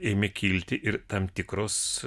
ėmė kilti ir tam tikros